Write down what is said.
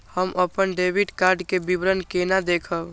हम अपन debit card के विवरण केना देखब?